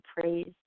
praise